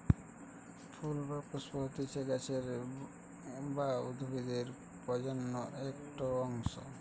ফুল বা পুস্প হতিছে গাছের বা উদ্ভিদের প্রজনন একটো অংশ